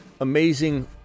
amazing